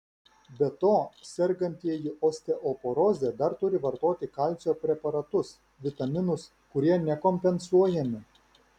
be to sergantieji osteoporoze dar turi vartoti kalcio preparatus vitaminus kurie nekompensuojami